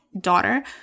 daughter